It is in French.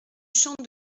champ